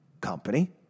company